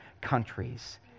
countries